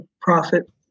profit